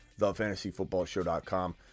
thefantasyfootballshow.com